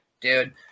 dude